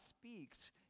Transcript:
speaks